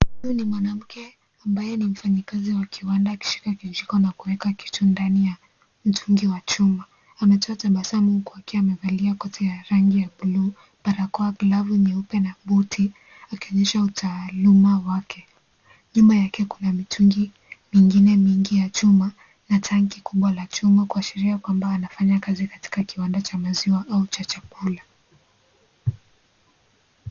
Huyu ni mwanamke ambaye ni mfanyakazi wa kiwanda akishika kijiko na kuweka kitu ndani ya mtungi wa chuma. Ametoa tabasamu huku akiwa amevalia koti la rangi ya bluu, barakoa, glavu nyeupe na buti. akionyesha utaaluma wake. Nyuma yake kuna mitungi mingine mingi ya chuma na tanki kubwa la chuma. Kuashiria kwamba anafanya kazi katika kiwanda cha maziwa au cha chakula.